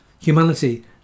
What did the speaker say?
Humanity